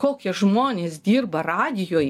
kokie žmonės dirba radijuje